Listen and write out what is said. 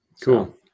Cool